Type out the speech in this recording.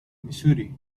missouri